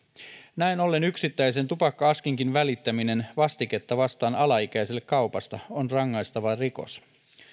näin ollen yksittäisen tupakka askinkin välittäminen vastiketta vastaan alaikäiselle kaupasta on rangaistava rikos